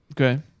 Okay